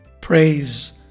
Praise